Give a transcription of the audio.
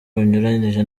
bunyuranije